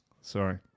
Sorry